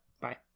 Bye